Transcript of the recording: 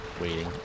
waiting